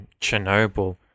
Chernobyl